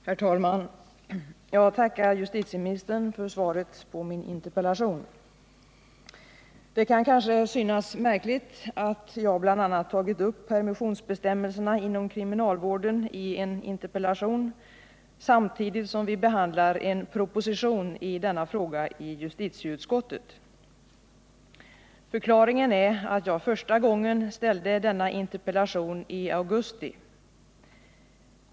Herr talman! Jag tackar justitieministern för svaret på min interpellation. Det kan kanske synas märkligt att jag bl.a. tagit upp permissionsbestämmelserna inom kriminalvården i en interpellation, samtidigt som vi behandlar en proposition i denna fråga i justitieutskottet. Förklaringen är att jag första gången ställde denna interpellation i augusti.